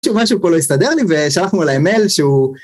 משהו משהו פה לא הסתדר לי ושלחנו להם מייל שהוא